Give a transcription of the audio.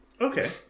Okay